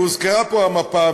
והוזכרה פה המפה,